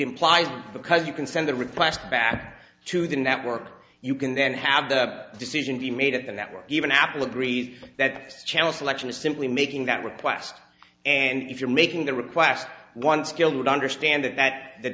implies because you can send the request back to the network you can then have the decision be made at the network even apple agrees that this channel selection is simply making that request and if you're making the request one skilled would understand that th